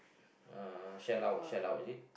uh Shell-Out Shell-Out is it